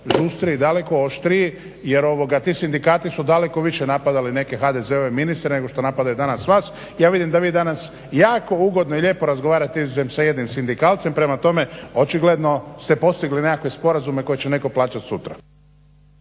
razumije./… i daleko oštriji jer ti sindikati su daleko više napadali neke HDZ-ove ministre nego što napadaju danas vas. Ja vidim da vi danas jako ugodno i lijepo razgovarate izuzmem sa jednim sindikalcem, pa prema tome očigledno ste postigli nekakve sporazume koje će netko plaćati sutra.